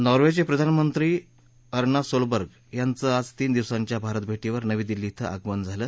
नॉर्वेचे प्रधानमंत्री अर्ना सोलबर्ग यांचं आज तीन दिवसांच्या भारत भेटीवर नवी दिल्ली इथं आगमन झालं